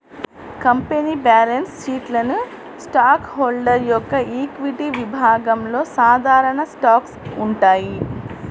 company balance షీట్లోని stockholder యొక్క equity విభాగంలో సాధారణ స్టాక్స్ ఉంటాయి